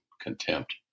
contempt